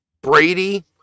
Brady